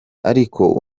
ariko